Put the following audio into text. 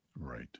Right